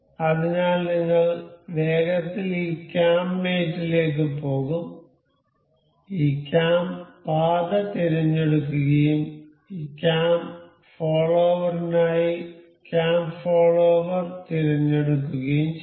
അതിനാൽ നിങ്ങൾ വേഗത്തിൽ ഈ ക്യാം മേറ്റ് ലേക്ക് പോകും ഈ ക്യാം പാത തിരഞ്ഞെടുക്കുകയും ഈ ക്യാം ഫോളോവറിനായി ക്യാം ഫോളോവർ തിരഞ്ഞെടുക്കുകയും ചെയ്യും